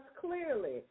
clearly